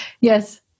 Yes